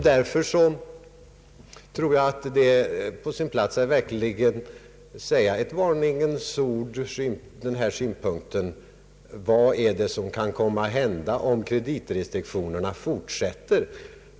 Därför tror jag att det är på sin plats att verkligen säga ett varningens ord med tanke på vad som kan komma att hända om kreditrestriktionerna fortsätter.